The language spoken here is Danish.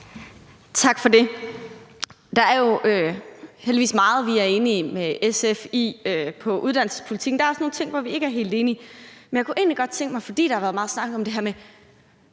Tak for det. Der er jo heldigvis meget, vi er enige med SF om, i forhold til uddannelsespolitikken. Der er også nogle ting, som vi ikke er helt enige om, men jeg kunne egentlig godt tænke mig spørge ordføreren om noget. Der har været meget snak om det her med